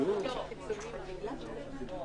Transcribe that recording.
לפי נוהל שיפורסם לציבור.